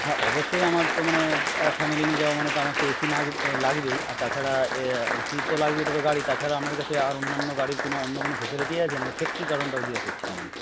হ্যাঁ অবশ্যই আমার তো মানে ফ্যামিলি নিয়ে যাওয়া মানে তো আমার তো এ সি লাগবেই আর তাছাড়া এ সি তো লাগবেই ওটা তো গাড়ি আর তাছাড়া আপনার কাছে আর অন্যান্য গাড়ির কোনো অন্য কোনো ফেসিলিটি আছে মানে সেফটির কারণটাও জিজ্ঞাসা করছিলাম আর কি